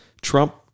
Trump